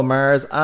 Mars